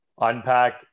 unpack